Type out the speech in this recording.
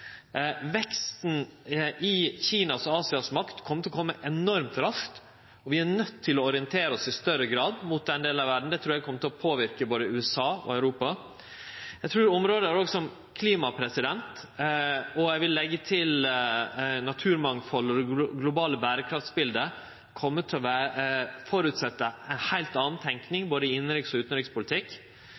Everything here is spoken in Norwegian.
Veksten i Kinas og Asias makt kjem til å kome enormt raskt, og vi er nøydde til å orientere oss i større grad mot den delen av verda, det trur eg kjem til å påverke både USA og Europa. Eg trur område som klima – og eg vil leggje til naturmangfald og det globale berekraftsbildet – kjem til å ha som føresetnad ei heilt anna tenking både i innanriks- og